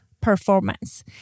Performance